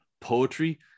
poetry